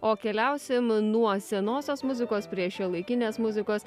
o keliausim nuo senosios muzikos prie šiuolaikinės muzikos